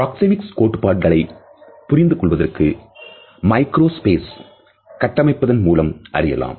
proxemics கோட்பாடுகளைப் புரிந்து கொள்வதற்கு மைக்ரோ ஸ்பேஸ் கட்டமைப்பதன் மூலம் அறியலாம்